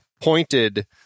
pointed